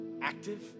active